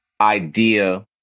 idea